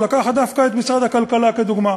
לקחת דווקא את משרד הכלכלה כדוגמה.